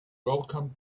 welcomed